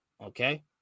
Okay